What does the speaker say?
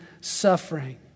suffering